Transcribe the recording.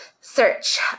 search